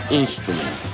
instrument